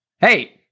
Hey